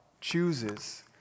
chooses